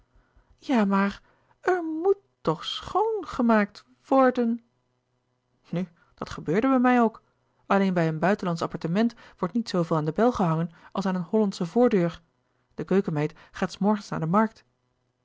gemaakt w o r d e n nu dat gebeurde bij mij ook alleen bij een buitenlandsch appartement wordt niet zooveel aan de bel gehangen als aan een hollandsche voordeur de keukenmeid gaat s morgens naar de markt